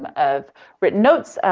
um of written notes,